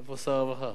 איפה שר הרווחה?